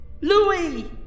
Louis